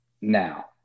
now